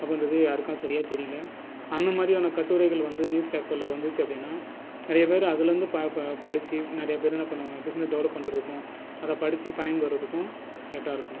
அப்படின்றது யாருக்கும் சரியாக தெரியல அந்தமாதிரியான கட்டுரைகள் வந்து நியூஸ் பேப்பரில் வந்துச்சு அப்படின்னா நிறையாப்பேரு அதுலேருந்து பாப படிச்சு நிறையாப்பேரு என்ன பண்ணுவாங்க பிஸ்னஸ் டெவலப் பண்ணுறதுக்கும் அதைப் படித்து பயன் பெறுவதுக்கும் கரெக்ட்டாயிருக்கும்